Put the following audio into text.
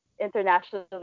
internationally